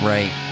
Right